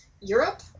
Europe